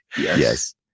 Yes